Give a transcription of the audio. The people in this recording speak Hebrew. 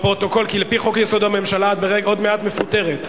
של חבר הכנסת אילן גילאון וקבוצת חברי הכנסת.